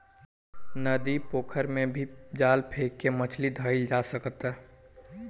नदी, पोखरा में जाल फेक के भी मछली धइल जा सकता